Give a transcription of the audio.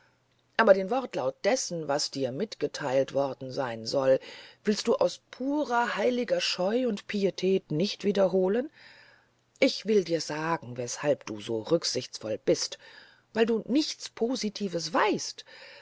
aber den wortlaut dessen was dir mitgeteilt worden sein soll willst du aus purer heiliger scheu und pietät nicht wiederholen ich will dir sagen weshalb du so rücksichtsvoll bist weil du nichts positives weißt